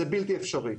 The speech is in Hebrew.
זה בלתי אפשרי.